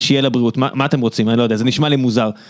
שיהיה לבריאות, מה, מה אתם רוצים? אני לא יודע, זה נשמע לי מוזר.